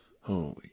Holy